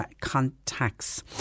contacts